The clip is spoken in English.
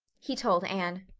he told anne.